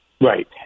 Right